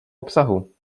obsahu